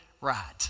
right